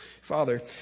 Father